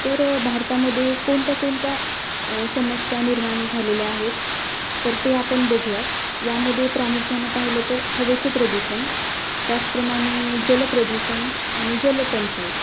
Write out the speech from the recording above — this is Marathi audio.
तर भारतामध्ये कोणत्या कोणत्या समस्या निर्माण झालेल्या आहेत तर ते आपण बघूयात यामध्ये प्रामुख्यानं पाहिलं तर हवेचे प्रदूषण त्याचप्रमाणे जलप्रदूषण आणि जल टंचाई